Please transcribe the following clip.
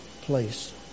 place